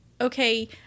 okay